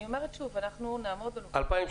אני אומרת שוב אנחנו נעמוד --- 2016,